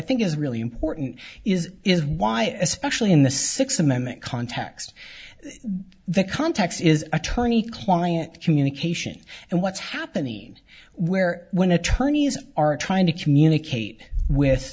think is really important is is why especially in the sixth amendment context the context is attorney client communication and what's happening where when attorneys are trying to communicate with